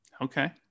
okay